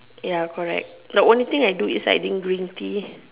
ya correct the only thing I do is I drink green tea